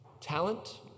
talent